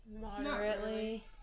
moderately